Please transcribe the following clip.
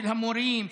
של המורים,